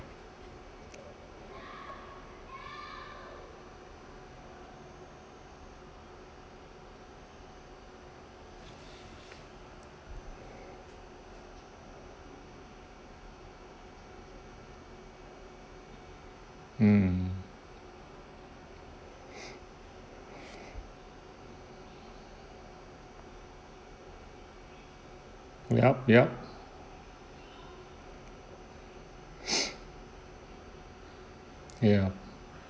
mm yup yup ya